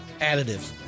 additives